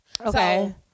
Okay